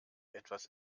etwas